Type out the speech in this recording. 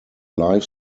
life